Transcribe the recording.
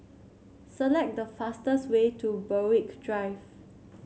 select the fastest way to Berwick Drive